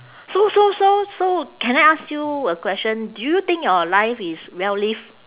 so so so so can I ask you a question do you think your life is well lived